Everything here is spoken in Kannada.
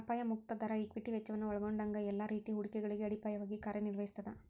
ಅಪಾಯ ಮುಕ್ತ ದರ ಈಕ್ವಿಟಿ ವೆಚ್ಚವನ್ನ ಒಲ್ಗೊಂಡಂಗ ಎಲ್ಲಾ ರೇತಿ ಹೂಡಿಕೆಗಳಿಗೆ ಅಡಿಪಾಯವಾಗಿ ಕಾರ್ಯನಿರ್ವಹಿಸ್ತದ